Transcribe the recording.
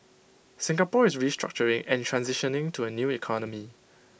Singapore is restructuring and transitioning to A new economy